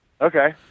Okay